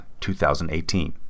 2018